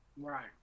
Right